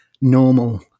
normal